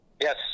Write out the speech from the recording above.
Yes